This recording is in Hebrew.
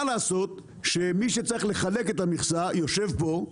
לעשות שמי שצריך לחלק את המכסה יושב פה,